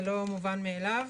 זה לא מובן מאליו.